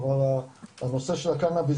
כלומר הנושא של הקאנביס,